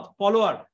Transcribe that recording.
follower